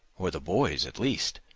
or the boys at least.